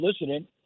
listening